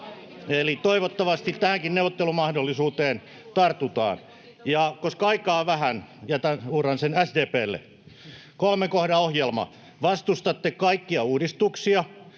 Eli toivottavasti tähänkin neuvottelumahdollisuuteen tartutaan. Koska aikaa on vähän, uhraan sen SDP:lle. Kolmen kohdan ohjelma: Vastustatte kaikkia uudistuksia